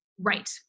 Right